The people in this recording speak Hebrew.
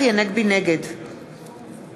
נגד